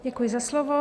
Děkuji za slovo.